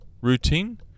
routine